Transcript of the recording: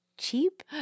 cheap